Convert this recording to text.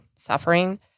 Suffering